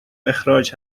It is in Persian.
اخراج